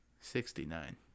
Sixty-nine